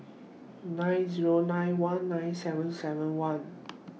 nine Zero nine one nine seven seven one